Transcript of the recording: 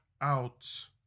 out